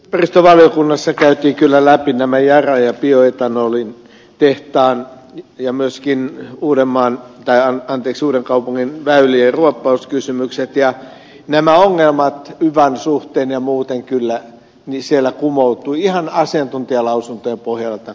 ympäristövaliokunnassa käytiin kyllä läpi nämä yaran ja bioetanolitehtaan kysymykset ja myöskin uudenkaupungin väylien ruoppauskysymykset ja ongelmat yvan suhteen ja muuten kyllä siellä kumoutuivat ihan asiantuntijalausuntojen pohjalta ed